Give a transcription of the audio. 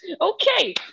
Okay